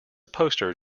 poster